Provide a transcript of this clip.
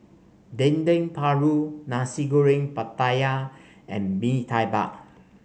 Dendeng Paru Nasi Goreng Pattaya and Bee Tai Bak